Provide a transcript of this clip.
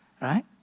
right